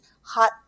hot